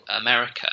America